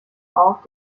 auch